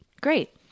Great